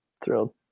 Thrilled